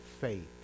faith